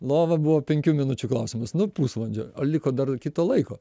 lova buvo penkių minučių klausimas nu pusvalandžio o liko dar kito laiko